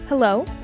Hello